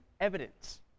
evidence